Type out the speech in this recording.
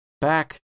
back